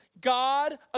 God